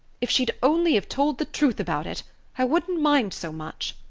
if she'd only have told the truth about it i wouldn't mind so much.